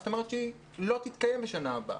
זאת אומרת שהיא לא תתקיים בשנה הבאה.